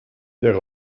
der